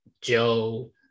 joe